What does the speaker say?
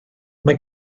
mae